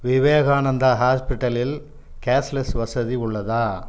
விவேகானந்தா ஹாஸ்பிட்டலில் கேஷ்லெஸ் வசதி உள்ளதா